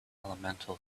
elemental